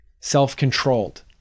Self-controlled